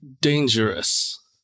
dangerous